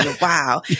Wow